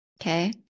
okay